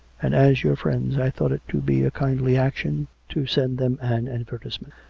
and as your friends, i thought it to be a kindly action to send them an advertisement.